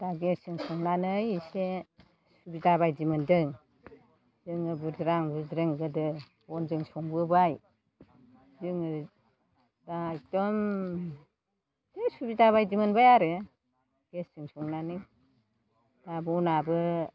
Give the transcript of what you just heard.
दा गेसजों संनानै एसे सुबिदा बायदि मोन्दों जोङो बुद्रां बुद्रिं बुद्रां बुद्रिं गोदो बनजों संबोबाय जोङो दा एखदम एखे सुबिदा बायदि मोनबाय आरो गेसजों संनानै दा बनाबो